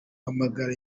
hamagara